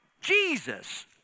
Jesus